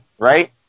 Right